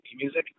music